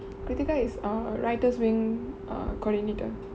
krithika is err writer's wing err coordinator